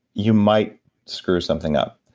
you might screw something up.